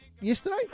yesterday